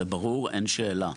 זה ברור, אין שאלה.